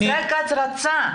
ישראל כץ רצה.